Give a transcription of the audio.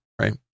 right